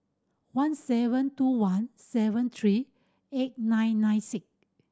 one seven two one seven three eight nine nine six